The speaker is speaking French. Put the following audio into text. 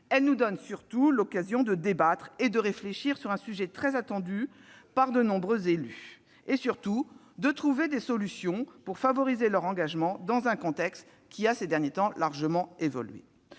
Elle nous donne surtout l'occasion de débattre et de réfléchir sur un sujet très attendu par de nombreux élus et de trouver des solutions pour favoriser leur engagement dans un contexte ayant largement évolué